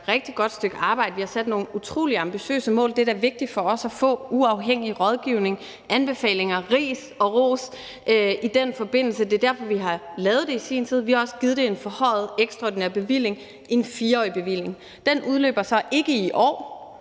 rigtig godt stykke arbejde. Vi har sat nogle utrolig ambitiøse mål. Det er da vigtigt for os at få uafhængig rådgivning, anbefalinger og ris og ros i den forbindelse. Det er derfor, vi har lavet det i sin tid. Vi har også givet det en forhøjet ekstraordinær bevilling, en 4-årig bevilling. Den udløber så ikke i år,